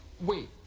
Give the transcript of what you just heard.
Wait